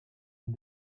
and